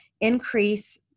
increase